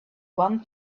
one